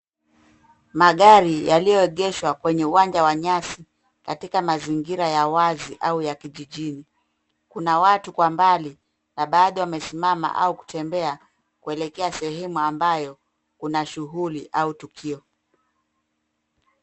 Magari yaliyoegeshwa kwenye uwanja wa nyasi katika mazingira ya wazi au ya kijijini. Kuna watu kwa mbali na baadhi wamesimama au kutembea kuelekea sehemu ambayo kuna shughuli au tukio.